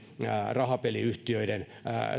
rahapeliyhtiöiden